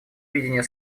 видение